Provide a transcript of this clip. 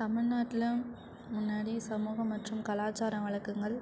தமிழ்நாட்ல முன்னாடி சமூகம் மற்றும் கலாச்சார வழக்கங்கள்